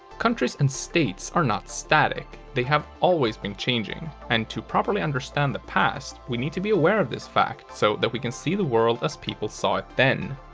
countries and states are not static, they have always been changing, and to properly understand the past, we need to be aware of this fact, so that we can see the world as people saw it then.